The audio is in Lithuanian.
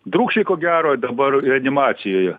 drūkšiai ko gero dabar reanimacijoje